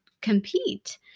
compete